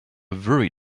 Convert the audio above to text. very